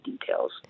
details